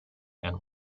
and